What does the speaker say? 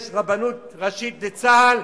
יש רבנות ראשית לצה"ל,